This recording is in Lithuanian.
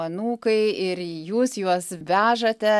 anūkai ir jūs juos vežate